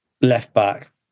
left-back